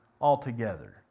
altogether